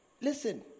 Listen